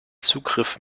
zugriff